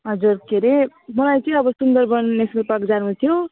हजुर के अरे मलाई चाहिँ अब सुन्दर वन नेसनल पार्क जानु थियो